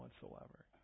whatsoever